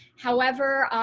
however,